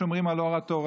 אנחנו שומרים על אור התורה,